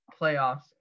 playoffs